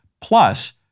Plus